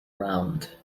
round